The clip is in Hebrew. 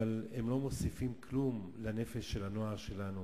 אבל הם לא מוסיפים כלום לנפש של הנוער שלנו,